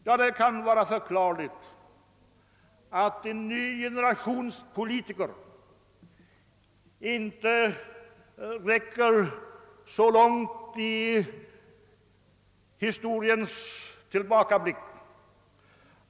Ja, det kan vara förklarligt att en ny generation av politiker inte kan blicka så långt tillbaka i historien.